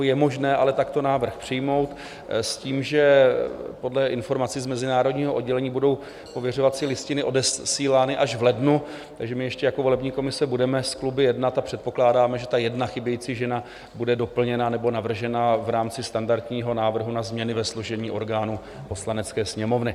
Je možné ale takto návrh přijmout s tím, že podle informací z mezinárodního oddělení budou pověřovací listiny odesílány až v lednu, takže my ještě jako volební komise budeme s kluby jednat a předpokládáme, že ta 1 chybějící žena bude doplněna nebo navržena v rámci standardního návrhu na změny ve složení orgánů Poslanecké sněmovny.